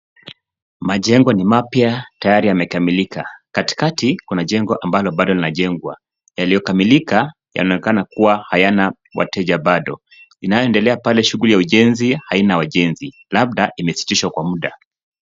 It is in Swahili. Majengo ni mapya, tayari yamekamilika. Katikati kuna jengo mbalo bado linajengwa. Yaliyokamilika yanaonekana kuwa hayana wateja bado. Inayoendelea pale shuguli ya ujenzi haina wajenzi, labda imesitishwa kwa muda.